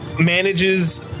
Manages